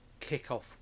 kickoff